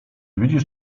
widzisz